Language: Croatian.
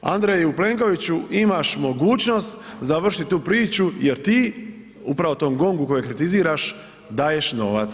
Andreju Plenkoviću imaš mogućnost završiti tu priču jer ti upravo tom GONGU kojeg kritiziraš daješ novac.